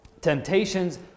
temptations